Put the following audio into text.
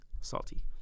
salty